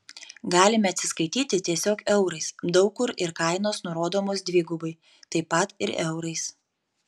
galime atsiskaityti tiesiog eurais daug kur ir kainos nurodomos dvigubai taip pat ir eurais